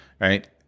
right